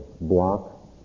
block